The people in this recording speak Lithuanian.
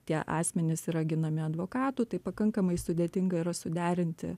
tie asmenys yra ginami advokatų tai pakankamai sudėtinga yra suderinti